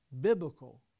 biblical